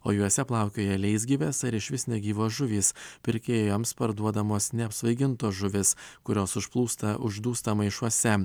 o juose plaukioja leisgyvės ar išvis negyvos žuvy s pirkėjams parduodamos neapsvaigintos žuvys kurios užplūsta uždūstą maišuose